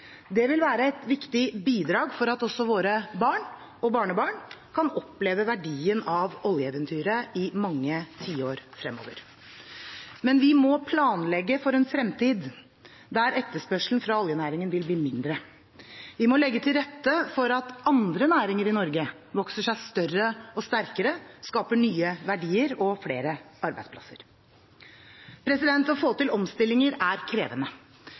Det vil være et viktig bidrag for at også våre barn og barnebarn kan oppleve verdien av oljeeventyret i mange tiår fremover. Men vi må planlegge for en fremtid der etterspørselen fra oljenæringen vil bli mindre. Vi må legge til rette for at andre næringer i Norge vokser seg større og sterkere, skaper nye verdier og flere arbeidsplasser. Å få til omstillinger er krevende.